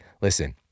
listen